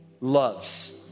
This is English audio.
loves